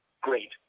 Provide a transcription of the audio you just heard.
Great